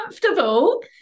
comfortable